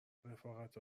رفاقتا